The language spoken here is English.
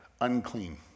unclean